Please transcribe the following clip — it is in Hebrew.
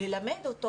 ללמד אותו